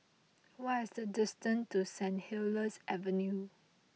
what is the distance to Saint Helier's Avenue